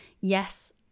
Yes